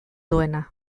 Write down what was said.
duena